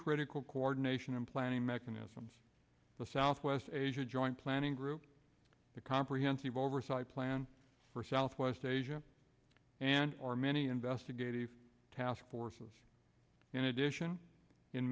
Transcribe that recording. critical coordination and planning mechanisms the southwest asia joint planning group the comprehensive oversight plan for southwest asia and our many investigative task forces in addition in